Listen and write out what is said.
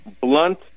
blunt